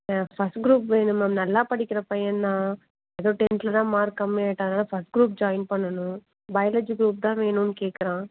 first group வேணும் ma'am நல்லா படிக்கிற பையந்தான் அதுவும் டென்த்தில்தான் மார்க் கம்மியாகிட்டான் ஃபர்ஸ்ட் குரூப் ஜாயின் பண்ணணும் பயாலஜி குரூப் தான் வேணும்ன்னு கேட்குறான்